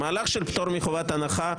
המהלך של פטור מחובת הנחה,